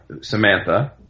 Samantha